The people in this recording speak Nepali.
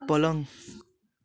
पलङ